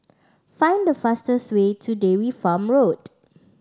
find the fastest way to Dairy Farm Road